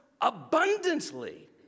abundantly